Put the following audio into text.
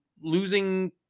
losing